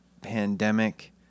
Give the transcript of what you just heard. pandemic